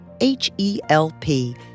H-E-L-P